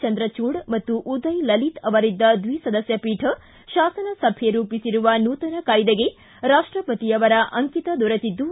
ಚಂದ್ರಚೂಡ್ ಮತ್ತು ಉದಯ ಲಲಿತ್ ಅವರಿದ್ದ ದ್ವಿಸದಸ್ಯ ಪೀಠ ಶಾಸನಸಭೆ ರೂಪಿಸಿರುವ ನೂತನ ಕಾಯ್ದೆಗೆ ರಾಷ್ಟಪತಿ ಅವರ ಅಂಕಿತ ದೊರೆತಿದ್ದು